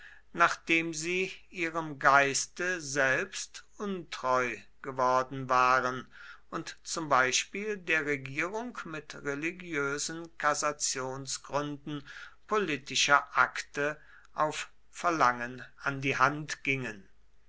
nachdem sie ihrem geiste selbst untreu geworden waren und zum beispiel der regierung mit religiösen kassationsgründen politischer akte auf verlangen an die hand gingen